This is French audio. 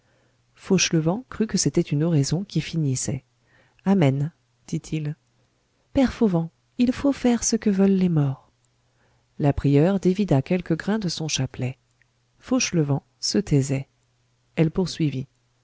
fauchelevent crut que c'était une oraison qui finissait amen dit-il père fauvent il faut faire ce que veulent les morts la prieure dévida quelques grains de son chapelet fauchelevent se taisait elle poursuivit